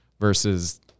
versus